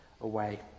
away